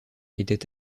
était